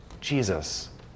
Jesus